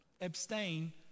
abstain